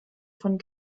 von